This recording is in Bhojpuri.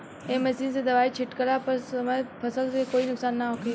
ए मशीन से दवाई छिटला पर फसल के कोई नुकसान ना होखे